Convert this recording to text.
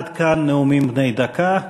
עד כאן נאומים בני דקה.